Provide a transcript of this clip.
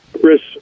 Chris